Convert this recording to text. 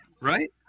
Right